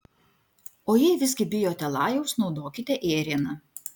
o jei visgi bijote lajaus naudokite ėrieną